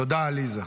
תודה, עליזה.